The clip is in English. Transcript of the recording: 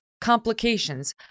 complications